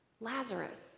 Lazarus